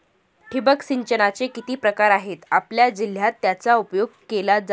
ठिबक सिंचनाचे किती प्रकार आहेत? आपल्या जिल्ह्यात याचा उपयोग केला जातो का?